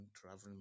traveling